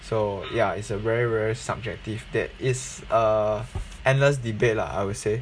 so ya it's a very very subjective that is a endless debate lah I would say